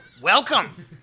welcome